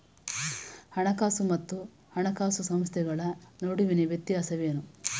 ಹಣಕಾಸು ಮತ್ತು ಹಣಕಾಸು ಸಂಸ್ಥೆಗಳ ನಡುವಿನ ವ್ಯತ್ಯಾಸವೇನು?